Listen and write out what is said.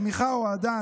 תמיכה או אהדה,